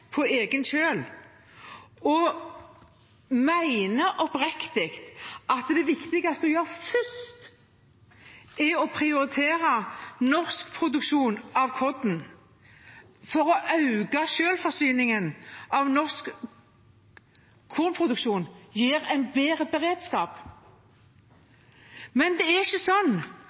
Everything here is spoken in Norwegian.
på egen kjøl, og vi mener oppriktig at det viktigste å gjøre først, er å prioritere norsk produksjon av korn, for å øke selvforsyningen av norsk kornproduksjon gir en bedre beredskap. Det er ikke sånn